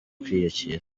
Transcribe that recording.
kwiyakira